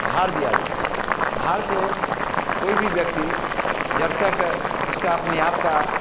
भार दिया जाए भार से कोई भी व्यक्ति जब तक उसका अपने आप का